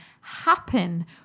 happen